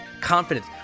confidence